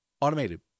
Automated